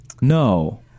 No